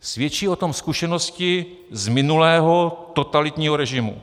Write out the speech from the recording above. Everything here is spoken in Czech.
Svědčí o tom zkušenosti z minulého, totalitního režimu.